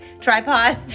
Tripod